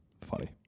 funny